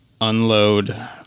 unload